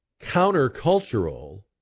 countercultural